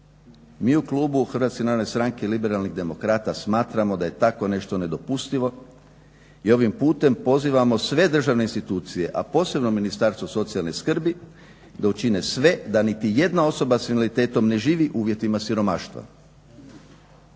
i u uvjetima siromaštva. Mi u klubu HNS-a smatramo da je takvo nešto nedopustivo i ovim putem pozivamo sve državne institucije, a posebno Ministarstvo socijalne skrbi da učine sve da niti jedna osoba s invaliditetom ne živi u uvjetima siromaštva.